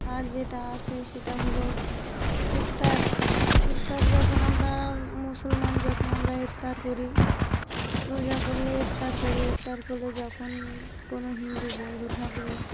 আর যেটা আছে সেটা হলো ইফতার ইফতার যখন আমরা মুসলমান যখন আমরা ইফতার করি রোজা করলে ইফতার করি ইফতার করলে যখন কোনো হিন্দু বন্ধু থাকলো